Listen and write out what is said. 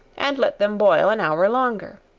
and let them boil an hour longer